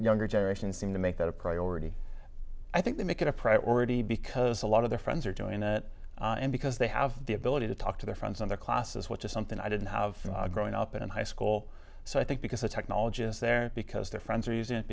younger generations seem to make that a priority i think they make it a priority because a lot of their friends are doing it and be as they have the ability to talk to their friends in their classes which is something i didn't have growing up in high school so i think because the technology is there because their friends are using it